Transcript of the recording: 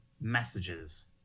messages